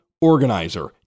organizer